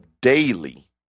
daily